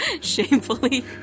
Shamefully